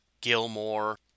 Gilmore